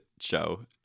show